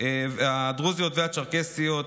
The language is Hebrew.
הדרוזיות והצ'רקסיות,